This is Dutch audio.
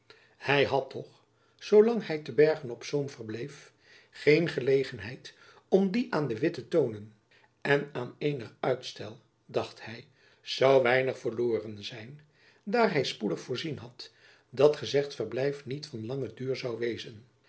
hy had toch zoolang hy te bergen-op-zoom verbleef geen gelegenheid om die aan de witt te toonen en aan eenig uitstel dacht hy zoû weinig verloren zijn daar hy spoedig voorzien had dat gezegd verblijf niet van langen duur zoû wezen